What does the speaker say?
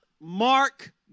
mark